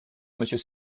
monsieur